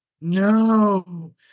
no